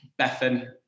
Bethan